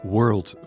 World